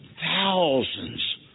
thousands